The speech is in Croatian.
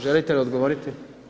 Želite li odgovoriti?